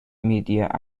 media